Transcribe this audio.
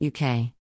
UK